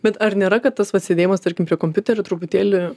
bet ar nėra kad tas vat sėdėjimas tarkim prie kompiuterio truputėlį